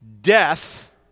death